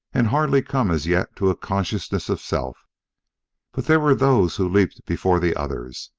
and hardly come as yet to a consciousness of self but there were those who leaped before the others,